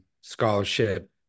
scholarship